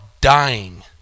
dying